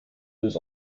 deux